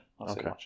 Okay